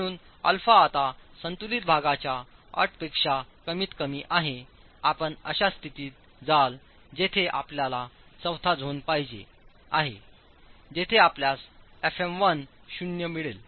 म्हणूनच α आता संतुलित भागाच्याअटपेक्षा कमी किंमतीत आहे आपण अशा स्थितीत जालजेथेआपल्यालाचौथा झोन पाहिजे आहे जेथेआपल्यास fm1 शून्य मिळेल